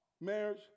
marriage